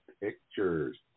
Pictures